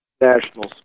national